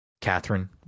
Catherine